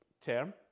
term